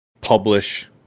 publish